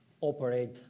operate